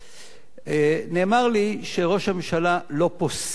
נאמר לי שראש הממשלה לא פוסל חקיקה.